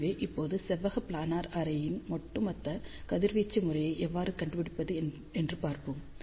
எனவே இப்போது செவ்வக பிளானர் அரே க்கான ஒட்டுமொத்த கதிர்வீச்சு முறையை எவ்வாறு கண்டுபிடிப்பது என்று பார்ப்போம்